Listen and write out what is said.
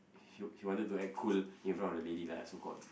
he he wanted to act cool in front of the lady lah so called